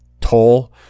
toll